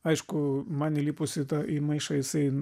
aišku man įlipus į tą į maišą jisai